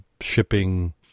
shipping